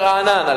ברעננה.